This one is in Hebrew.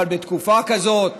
אבל בתקופה כזאת,